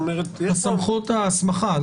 הסמכות, ההסמכה.